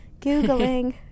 Googling